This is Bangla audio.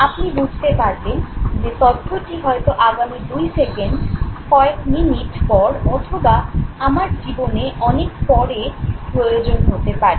আপনি বুঝতে পারবেন যে তথ্যটি হয়তো আগামী দুই সেকেন্ড কয়েক মিনিট পর অথবা আমার জীবনে অনেক পরে প্রয়োজন হতে পারে